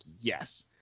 yes